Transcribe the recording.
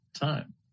time